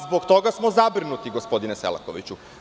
Zbog toga smo zabrinuti gospodine Selakoviću.